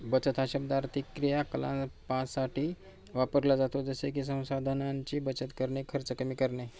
बचत हा शब्द आर्थिक क्रियाकलापांसाठी वापरला जातो जसे की संसाधनांची बचत करणे, खर्च कमी करणे